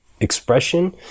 expression